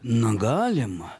na galima